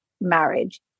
marriage